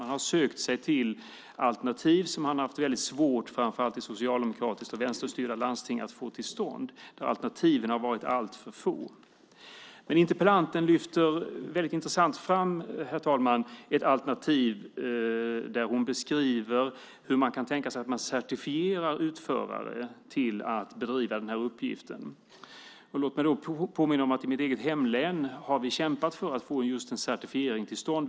Man har sökt sig till alternativ som man har haft väldigt svårt att få till stånd i framför allt socialdemokratiskt styrda och vänsterstyrda landsting. Alternativen har varit alltför få. Herr talman! Interpellanten lyfter väldigt intressant fram ett alternativ. Hon beskriver hur man kan tänka sig att certifiera utförare till att bedriva uppgiften. Låt mig påminna om att i mitt eget hemlän har vi kämpat för att få just en certifiering till stånd.